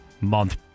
month